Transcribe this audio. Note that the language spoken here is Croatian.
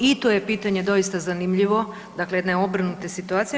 I to je pitanje doista zanimljivo, dakle jedne obrnute situacije.